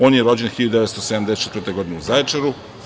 On je rođen 1974. godine u Zaječaru.